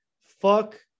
fuck